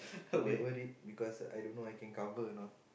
a bit worried because I don't know I can cover or not